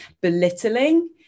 belittling